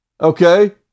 Okay